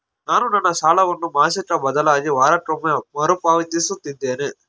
ನಾನು ನನ್ನ ಸಾಲವನ್ನು ಮಾಸಿಕ ಬದಲಿಗೆ ವಾರಕ್ಕೊಮ್ಮೆ ಮರುಪಾವತಿಸುತ್ತಿದ್ದೇನೆ